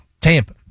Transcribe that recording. Tampa